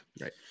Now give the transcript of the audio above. Right